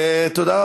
תודה.